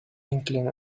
inkling